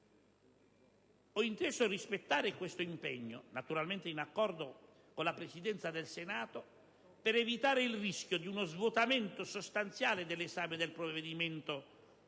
Ho inteso rispettare questo impegno, naturalmente in accordo con la Presidenza del Senato, per evitare il rischio di uno svuotamento sostanziale dell'esame del provvedimento